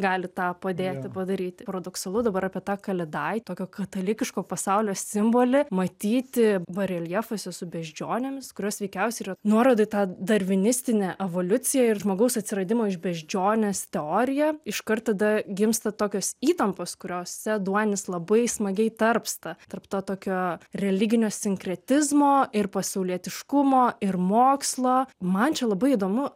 gali tą padėti padaryti paradoksalu dabar apie tą kalėdaitį tokio katalikiško pasaulio simbolį matyti bareljefuose su beždžionėmis kurios veikiausiai yra nuoroda į tą darvinistinę evoliuciją ir žmogaus atsiradimo iš beždžionės teoriją iškart tada gimsta tokios įtampos kuriose duonis labai smagiai tarpsta tarp to tokio religinio sinkretizmo ir pasaulietiškumo ir mokslo man čia labai įdomu